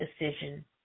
decision